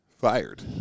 fired